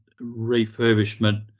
refurbishment